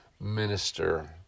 minister